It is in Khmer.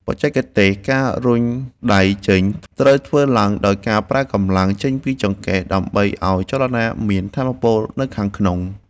បច្ចេកទេស ការរុញដៃចេញ ត្រូវធ្វើឡើងដោយការប្រើកម្លាំងចេញពីចង្កេះ ដើម្បីឱ្យចលនាមានថាមពលនៅខាងក្នុង។